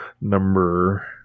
number